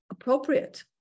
appropriate